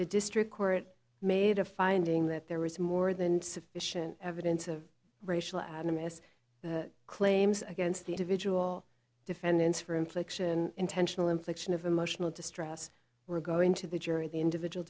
the district court made a finding that there was more than sufficient evidence of racial animus claims against the individual defendants for infliction intentional infliction of emotional distress were going to the jury the individual